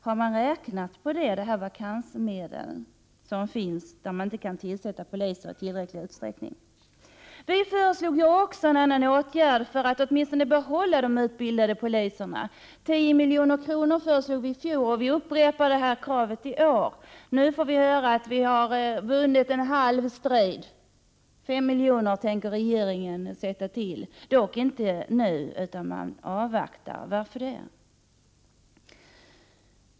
Har man räknat på det när det gäller de vakansmedel som finns i de fall där man inte i tillräcklig utsträckning kan tillsätta polistjänster? Vi har ju också föreslagit en annan åtgärd för att åtminstone kunna behålla de utbildade poliserna. I fjol föreslog vi att 10 milj.kr. skulle avsättas för detta ändamål. Vi upprepar detta krav i år. Nu får vi höra att vi vunnit en halv seger — 5 miljoner avser regeringen att skjuta till, dock inte nu utan man avvaktar. Varför?